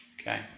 Okay